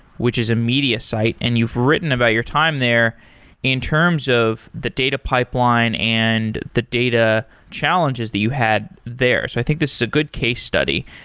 which is a media site and you've written about your time there in terms of the data pipeline and the data challenges that you had there. i think this is a good case study,